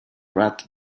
rat